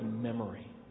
memory